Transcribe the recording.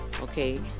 Okay